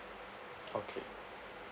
okay